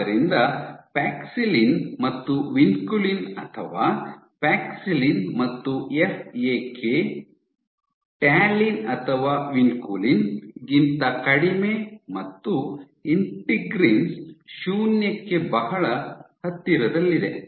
ಆದ್ದರಿಂದ ಪ್ಯಾಕ್ಸಿಲಿನ್ ಮತ್ತು ವಿನ್ಕುಲಿನ್ ಅಥವಾ ಪ್ಯಾಕ್ಸಿಲಿನ್ ಮತ್ತು ಎಫ್ಎಕೆ ಟ್ಯಾಲಿನ್ ಅಥವಾ ವಿನ್ಕುಲಿನ್ ಗಿಂತ ಕಡಿಮೆ ಮತ್ತು ಇಂಟಿಗ್ರೀನ್ಸ್ ಶೂನ್ಯಕ್ಕೆ ಬಹಳ ಹತ್ತಿರದಲ್ಲಿದೆ